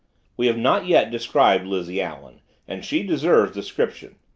we have not yet described lizzie allen and she deserves description.